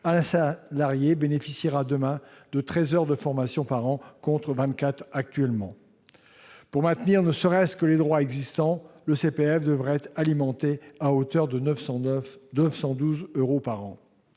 un salarié bénéficiera demain de 13 heures de formation par an contre 24 actuellement. Pour maintenir ne serait-ce que les droits existants, le CPF devrait être alimenté à hauteur de 912 euros par an.